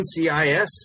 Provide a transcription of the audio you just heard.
ncis